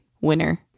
winner